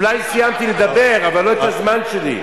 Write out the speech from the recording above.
אולי סיימתי לדבר, אבל לא את הזמן שלי.